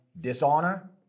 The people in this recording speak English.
Dishonor